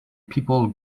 people